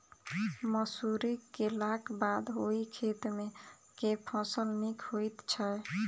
मसूरी केलाक बाद ओई खेत मे केँ फसल नीक होइत छै?